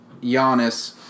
Giannis